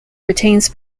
retains